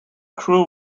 crew